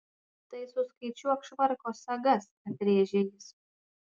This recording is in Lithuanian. tai suskaičiuok švarko sagas atrėžė jis